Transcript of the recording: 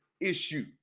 issue